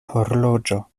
horloĝo